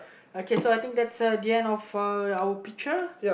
okay so I think that's uh the end of uh our picture